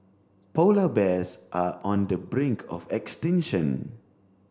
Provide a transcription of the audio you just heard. polar bears are on the brink of extinction